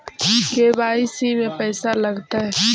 KYC में पैसा लगतै?